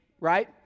right